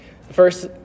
First